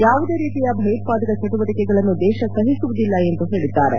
ಯಾವುದೇ ರೀತಿಯ ಭಯೋತ್ಪಾದಕ ಚಟುವಟಿಕೆಗಳನ್ನು ದೇಶ ಸಹಿಸುವುದಿಲ್ಲ ಎಂದು ಹೇಳಿದ್ದಾರೆ